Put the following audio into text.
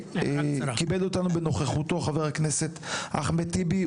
כיבד אותנו בנוכחותו חבר הכנסת אחמד טיבי.